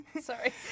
sorry